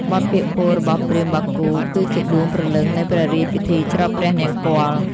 បទពាក្យពោលរបស់ព្រាហ្មណ៍បាគូ គឺជាដួងព្រលឹងនៃព្រះរាជពិធីច្រត់ព្រះនង្គ័ល។